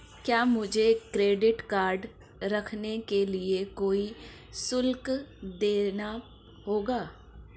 क्या मुझे credit card रखने के लिए कोई शुल्क देना होगा?